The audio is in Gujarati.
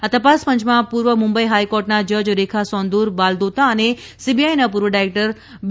આ તપાસ પંચમાં પૂર્વ મુંબઇ હાઇકોર્ટના જજ રેખા સોંદુર બાલદોતા અને સીબીઆઇના પૂર્વ ડાયકેટર બી